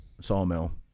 sawmill